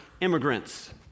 immigrants